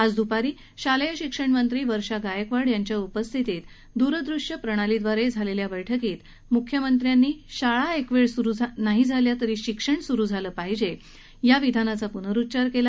आज द्पारी शालेय शिक्षण मंत्री वर्षा गायकवाड यांच्या उपस्थितीत दूरदूष्यप्रणालीद्वारे झालेल्या बैठकीत मुख्यमंत्र्यांनी शाळा एकवेळ सुरु नाही झाल्या तरी शिक्षण सुरु झालं पाहिजे या विधानाचा पुनरुच्चार केला